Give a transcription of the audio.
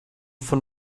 von